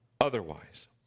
otherwise